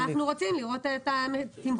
אנחנו רוצים לראות את התמחור,